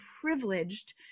privileged